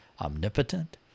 omnipotent